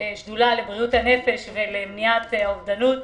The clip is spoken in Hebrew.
השדולה לבריאות הנפש ולמניעת האובדות.